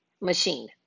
machine